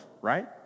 right